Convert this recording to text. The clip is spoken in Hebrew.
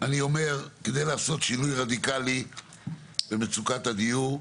אני אומר, כדי לעשות שינוי רדיקלי במצוקת הדיור,